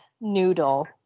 Noodle